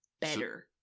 better